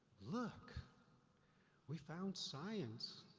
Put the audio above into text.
look we found science,